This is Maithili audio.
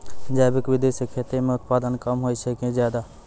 जैविक विधि से खेती म उत्पादन कम होय छै कि ज्यादा?